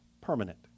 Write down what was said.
permanent